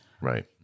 Right